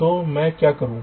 तो मैं क्या करूं